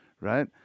right